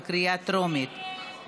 בקריאה טרומית.